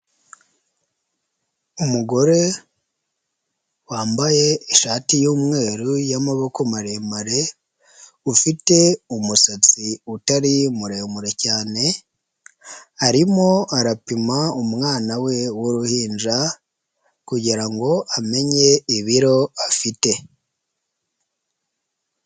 Umugore wambaye ishati y'umweru y'amaboko maremare ufite umusatsi utari muremure cyane, arimo arapima umwana we w'uruhinja kugirango amenye ibiro afite.